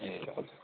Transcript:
ए हजुर